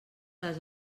les